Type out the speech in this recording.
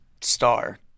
star